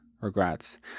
regrets